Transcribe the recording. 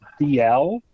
DL